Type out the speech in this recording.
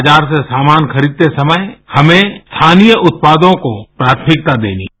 बाजार से सामान खरीदते समय हमें स्थानीय उत्पादों को प्राथमिकता देनी है